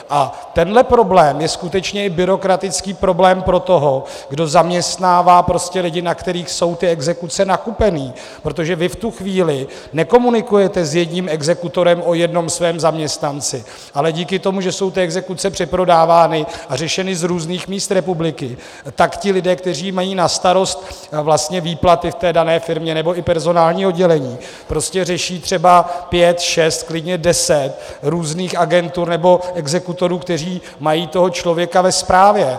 A tenhle problém je skutečně i byrokratický problém pro toho, kdo zaměstnává lidi, na kterých jsou ty exekuce nakupené, protože vy v tu chvíli nekomunikujete s jedním exekutorem o jednom svém zaměstnanci, ale díky tomu, že jsou exekuce přeprodávány a řešeny z různých míst republiky, tak ti lidé, kteří mají na starost výplaty v té dané firmě, nebo i personální oddělení, prostě řeší třeba pět, šest, klidně deset různých agentur nebo exekutorů, kteří mají toho člověka ve správě.